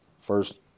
First